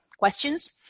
questions